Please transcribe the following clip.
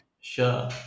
Sure